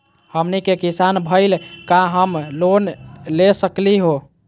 हमनी के किसान भईल, का हम लोन ले सकली हो?